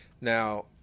Now